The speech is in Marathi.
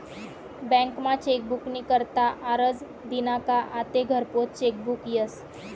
बँकमा चेकबुक नी करता आरजं दिना का आते घरपोच चेकबुक यस